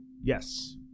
Yes